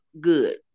good